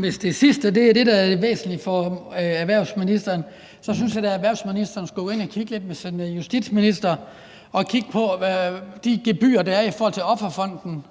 Hvis det sidste er det, der er det væsentlige for erhvervsministeren, så synes jeg da, at erhvervsministeren sammen med justitsministeren skulle gå ind og kigge på de gebyrer, der er i forhold til Offerfonden,